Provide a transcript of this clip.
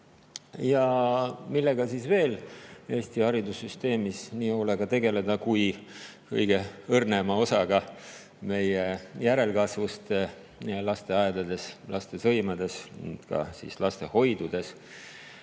Millega siis veel Eesti haridussüsteemis nii hoolega tegeleda kui mitte kõige õrnema osaga meie järelkasvust, lasteaedades, lastesõimedes ja ka lastehoidudes